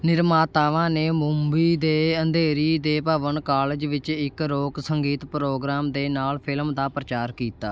ਨਿਰਮਾਤਾਵਾਂ ਨੇ ਮੁੰਬਈ ਦੇ ਅੰਧੇਰੀ ਦੇ ਭਵਨ ਕਾਲਜ ਵਿੱਚ ਇੱਕ ਰੌਕ ਸੰਗੀਤ ਪ੍ਰੋਗਰਾਮ ਦੇ ਨਾਲ ਫ਼ਿਲਮ ਦਾ ਪ੍ਰਚਾਰ ਕੀਤਾ